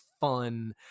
fun